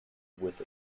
with